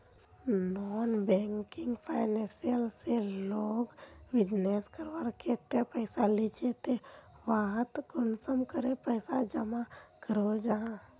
Non banking financial से लोग business करवार केते पैसा लिझे ते वहात कुंसम करे पैसा जमा करो जाहा?